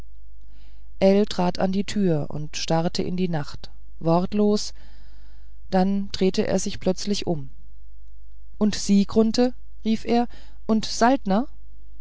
ell trat an die tür und starrte in die nacht wortlos dann drehte er sich plötzlich um und sie grunthe rief er und saltner